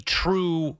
true